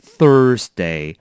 Thursday